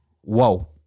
whoa